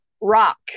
Rock